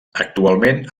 actualment